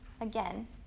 Again